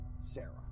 Sarah